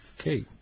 Okay